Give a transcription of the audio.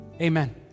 Amen